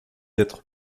être